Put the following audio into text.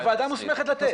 הוועדה מוסמכת לתת.